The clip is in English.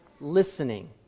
listening